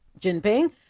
jinping